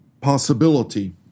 possibility